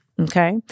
Okay